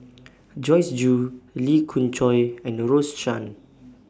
Joyce Jue Lee Khoon Choy and Rose Chan